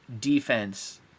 defense